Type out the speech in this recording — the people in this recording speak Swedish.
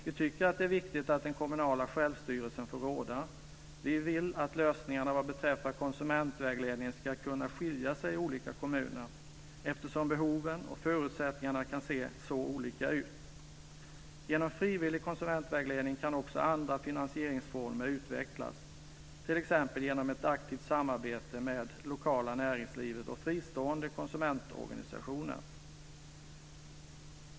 Vi tycker att det är viktigt att den kommunala självstyrelsen får råda. Vi vill att lösningarna vad beträffar konsumentvägledning ska kunna skilja sig i olika kommuner eftersom behoven och förutsättningarna kan se så olika ut. Genom frivillig konsumentvägledning kan också andra finansieringsformer utvecklas, t.ex. genom ett aktivt samarbete med det lokala näringslivet och fristående konsumentorganisationer.